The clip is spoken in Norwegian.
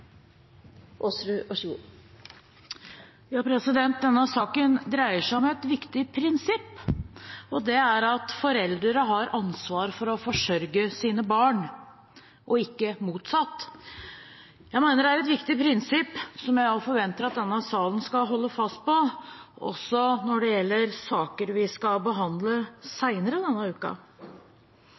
at foreldre har ansvar for å forsørge sine barn og ikke motsatt. Jeg mener det er et viktig prinsipp, som jeg forventer at denne salen skal holde fast ved, også når det gjelder saker vi skal behandle